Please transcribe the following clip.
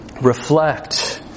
Reflect